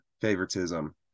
favoritism